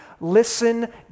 listen